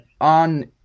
on